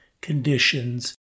conditions